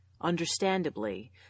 Understandably